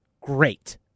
great